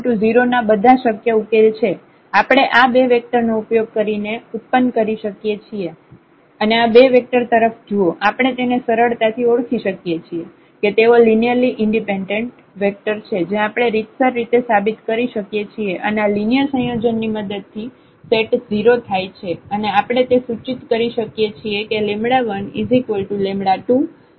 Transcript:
તેથી Ax0 ના બધા શક્ય ઉકેલ છે આપણે આ બે વેક્ટર નો ઉપયોગ કરી ને આપણે ઉતપન્ન કરી શકીએ છીએ અને આ બે વેક્ટર તરફ જુઓ આપણે તેને સરળતાથી ઓળખી શકીએ છીએ કે તેઓ લિનિયરલી ઈન્ડિપેન્ડેન્ટ વેક્ટર છે જે આપણે રીતસર રીતે સાબિત કરી શકીએ છીએ અને આ લિનિયર સંયોજનની મદદથી સેટ 0 થાય છે અને આપણે તે સૂચિત કરી શકીએ છીએ કે 1 20 તે સહગુણક છે